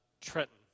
Trenton